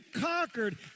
conquered